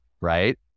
right